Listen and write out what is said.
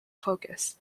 focus